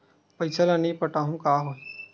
पईसा ल नई पटाहूँ का होही?